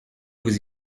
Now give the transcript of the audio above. vous